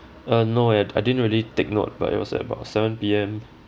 uh no eh I didn't really take note but it was at about seven P_M